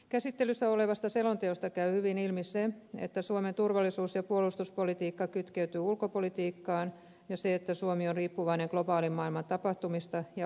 käsittelyssä olevasta selonteosta käy hyvin ilmi se että suomen turvallisuus ja puolustuspolitiikka kytkeytyy ulkopolitiikkaan ja se että suomi on riippuvainen globaalimaailman tapahtumista ja olosuhteista